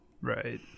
Right